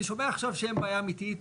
אני שומע עכשיו שאין בעיה אמיתית.